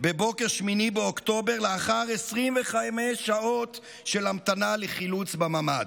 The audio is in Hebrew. בבוקר 8 באוקטובר לאחר 25 שעות של המתנה לחילוץ בממ"ד.